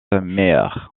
myers